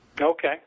Okay